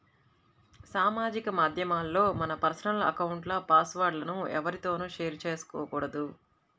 సామాజిక మాధ్యమాల్లో మన పర్సనల్ అకౌంట్ల పాస్ వర్డ్ లను ఎవ్వరితోనూ షేర్ చేసుకోకూడదు